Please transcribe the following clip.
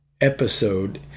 episode